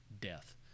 death